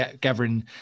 gathering